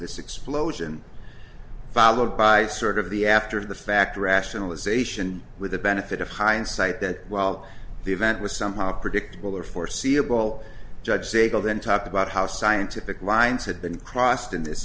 this explosion followed by sort of the after the fact rationalization where the benefit of hindsight that well the event was somehow predictable or foreseeable judge sakal then talked about how scientific lines had been crossed in this